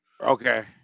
Okay